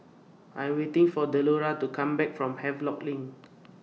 I Am waiting For Delora to Come Back from Havelock LINK